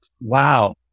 wow